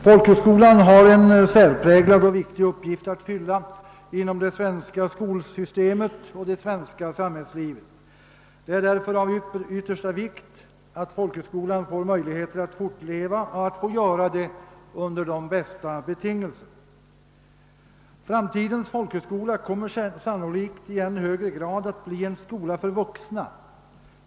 Folkhögskolan har en särpräglad och viktig uppgift att fylla inom det svenska skolsystemet och det svenska samhällslivet. Det är därför av yttersta vikt att folkhögskolan får möjlighet att fortleva och att få göra det under de bästa betingelser. Framtidens folkhögskola kommer sannolikt i ännu högre grad att bli en skola för vuxna.